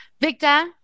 Victor